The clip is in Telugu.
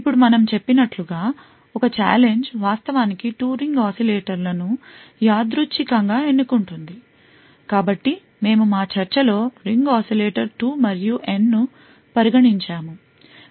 ఇప్పుడు మేము చెప్పినట్లుగా ఒక ఛాలెంజ్ వాస్తవానికి 2 రింగ్ oscillator లను యాదృచ్ఛికంగా ఎన్నుకుంటుంది కాబట్టి మేము మా చర్చలో రింగ్ oscillator 2 మరియు N ను పరిగణించాము